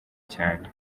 cyane